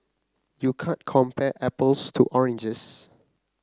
you can't compare apples to oranges